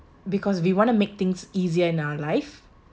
because we want to make things easier in our life